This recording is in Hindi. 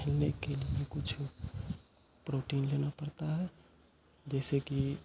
खेलने के लिए कुछ प्रोटीन लेना पड़ता है जैसे कि